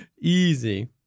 Easy